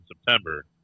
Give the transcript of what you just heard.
September